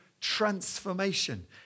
transformation